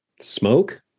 Smoke